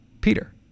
Peter